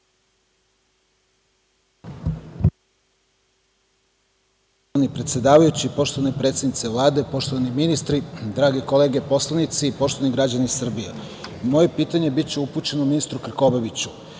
predsedavajući, poštovana predsednice Vlade, poštovani ministri i drage kolege poslanici, poštovani građani Srbije, moje pitanje biće upućeno ministru Krkobabiću. Ministre,